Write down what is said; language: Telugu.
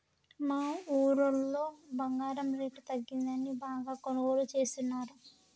మా ఊరోళ్ళు బంగారం రేటు తగ్గిందని బాగా కొనుగోలు చేస్తున్నరు